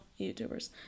YouTubers